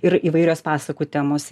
ir įvairios pasakų temos